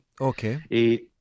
Okay